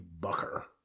Bucker